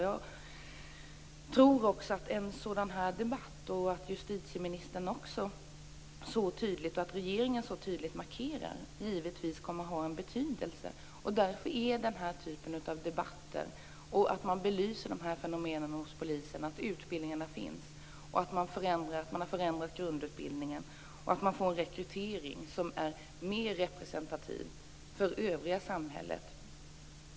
Jag tror att en sådan här debatt och det faktum att justitieministern och regeringen så tydligt gör en markering kommer att ha betydelse. Därför är denna typ av debatter så viktig. Det är också viktigt att man belyser dessa fenomen hos polisen och att grundutbildningen har förändrats. Man måste också se till att rekryteringen blir mer representativ för det övriga samhället.